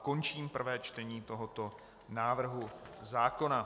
Končím prvé čtení tohoto návrhu zákona.